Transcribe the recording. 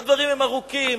הדברים הם ארוכים,